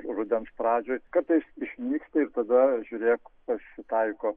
rudens pradžioj kartais išnyksta ir tada žiūrėk pasitaiko